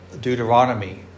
Deuteronomy